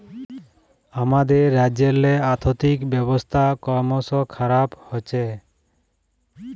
আমাদের রাজ্যেল্লে আথ্থিক ব্যবস্থা করমশ খারাপ হছে